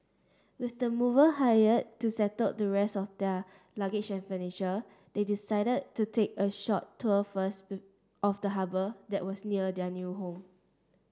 with the mover hired to settle the rest of their luggage furniture they decided to take a short tour first of the harbour that was near their new home